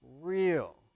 real